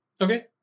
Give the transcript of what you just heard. Okay